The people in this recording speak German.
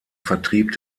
vertrieb